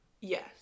yes